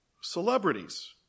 Celebrities